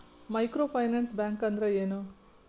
Micro finance bank ಅಂದ್ರ ಏನು?